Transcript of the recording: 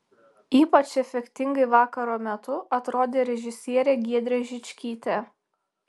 ypač efektingai vakaro metu atrodė režisierė giedrė žičkytė